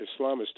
Islamist